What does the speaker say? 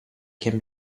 can